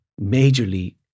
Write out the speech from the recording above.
majorly